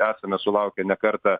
esame sulaukę ne kartą